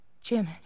Jim